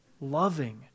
loving